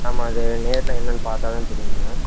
ஆமாம் அது நேரில் என்னென்று பார்த்தா தான் தெரியும்ங்க